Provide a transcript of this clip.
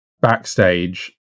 backstage